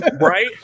right